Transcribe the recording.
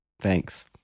thanks